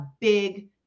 big